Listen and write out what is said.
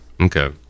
Okay